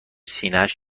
سینهاش